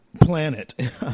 Planet